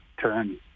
turn